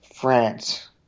France